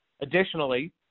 Additionally